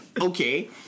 okay